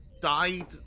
died